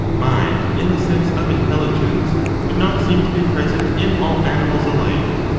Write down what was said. mind in the sense of intelligence would not seem to be present in all animals alike,